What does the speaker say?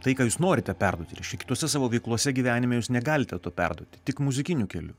tai ką jūs norite perduoti ir kitose savo veiklose gyvenime jūs negalite to perduoti tik muzikiniu keliu